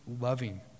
loving